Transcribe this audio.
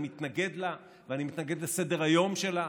אני מתנגד לה ומתנגד לסדר-היום שלה,